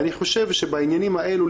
אני חושב שבעניינים האלו,